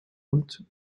and